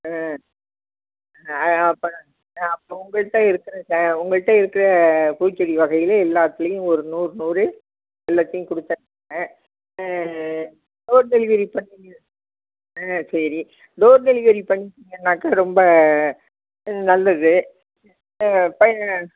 ஆ அப்பன்ன ஆ அப்போ உங்கள்கிட்ட இருக்கிற சே உங்கள்கிட்ட இருக்கிற பூச்செடி வகையில் எல்லாத்திலயும் ஒரு நூறு நூறு எல்லாத்தையும் கொடுத்தா ஆ டோர் டெலிவரி பண்ணீங்க ஆ சரி டோர் டெலிவரி பண்ணிட்டீங்கனாக்கா ரொம்ப நல்லது